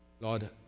Lord